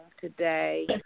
today